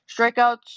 strikeouts